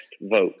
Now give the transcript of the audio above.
vote